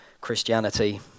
Christianity